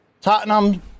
Tottenham